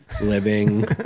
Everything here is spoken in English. Living